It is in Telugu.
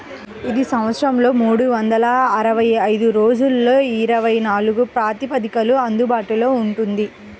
ఇది సంవత్సరంలో మూడు వందల అరవై ఐదు రోజులలో ఇరవై నాలుగు ప్రాతిపదికన అందుబాటులో ఉంటుంది